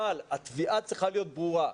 אבל התביעה צריכה להיות ברורה,